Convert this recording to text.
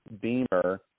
Beamer